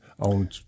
on